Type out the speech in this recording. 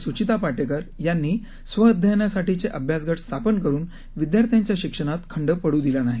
सुचितापाटेकरयांनीस्वअध्यनासाठीचेअभ्यासगटस्थापनकरूनविद्यार्थ्याच्याशिक्षणातखंडपडूदि लानाही